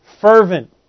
Fervent